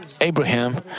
Abraham